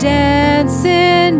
dancing